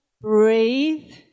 Breathe